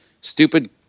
stupid